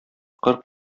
кыр